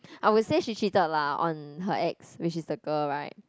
I would say she cheated lah on her ex which is the girl right